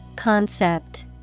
Concept